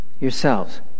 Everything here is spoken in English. yourselves